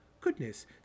goodness